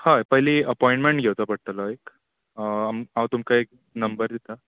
हय पयलीं एपोयमेंट घेवचो पडटलो एक हांव तुमकां एक नंबर दिता